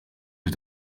het